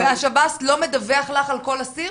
והשב"ס לא מדווח לך על כל אסיר?